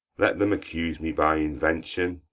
let them accuse me by invention,